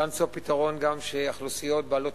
צריך למצוא פתרון שגם אוכלוסיות בעלות